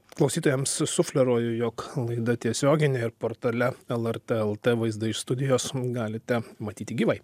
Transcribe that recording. klausytojams sufleruoju jog laida tiesioginė ir portale lrt lt vaizdą iš studijos galite matyti gyvai